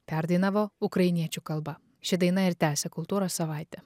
perdainavo ukrainiečių kalba ši daina ir tęsia kultūros savaitę